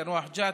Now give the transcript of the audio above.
יאנוח-ג'ת,